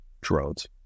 drones